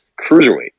cruiserweight